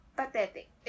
pathetic